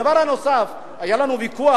הדבר הנוסף, היה לנו ויכוח